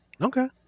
Okay